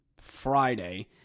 Friday